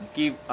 give